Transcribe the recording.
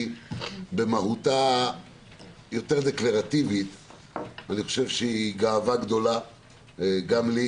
במהותה היא יותר דקלרטיבית והיא גאווה גדולה גם לי,